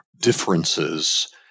differences